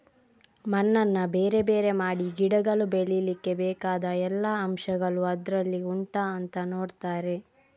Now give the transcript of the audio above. ಮಣ್ಣನ್ನ ಬೇರೆ ಬೇರೆ ಮಾಡಿ ಗಿಡಗಳು ಬೆಳೀಲಿಕ್ಕೆ ಬೇಕಾದ ಎಲ್ಲಾ ಅಂಶಗಳು ಅದ್ರಲ್ಲಿ ಉಂಟಾ ಅಂತ ನೋಡ್ತಾರೆ